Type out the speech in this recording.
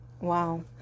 Wow